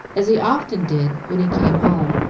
as he often did when he came home.